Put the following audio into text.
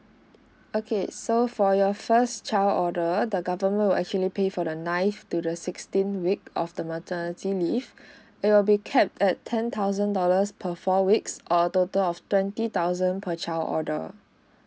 okay so for your first child order the government will actually pay for the knife to the sixteen week of the maternity leave it will be kept at ten thousand dollars per for weeks or a total of twenty thousand per child order